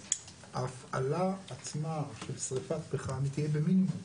ההפעלה עצמה של שריפת פחם תהיה במינימום.